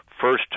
first